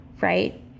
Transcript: right